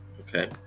Okay